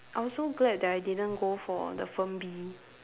I was so glad that I didn't go for the firm B